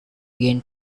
again